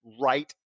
right